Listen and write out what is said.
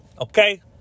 Okay